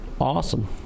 Awesome